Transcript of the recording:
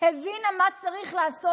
הבינה מה צריך לעשות,